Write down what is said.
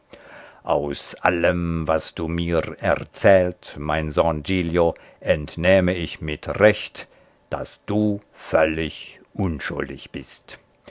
aus allem was du mir erzählt mein sohn giglio entnehme ich mit recht daß du völlig unschuldig bist